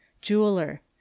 jeweler